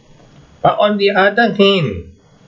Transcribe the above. but on the other hand